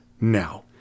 now